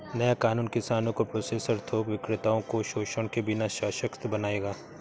नया कानून किसानों को प्रोसेसर थोक विक्रेताओं को शोषण के बिना सशक्त बनाएगा